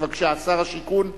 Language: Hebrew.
בבקשה, שר השיכון והבינוי.